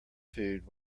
food